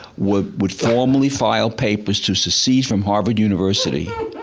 would would formally file papers to secede from harvard university.